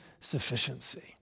sufficiency